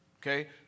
Okay